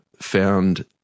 found